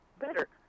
better